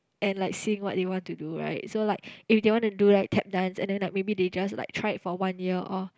and like seeing what they want to do right so like if they want to do like Tap dance and then like maybe they just like try it for one year off